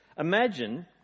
Imagine